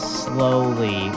slowly